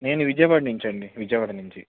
నేను విజయవాడ నుంచండి విజయవాడ నుంచి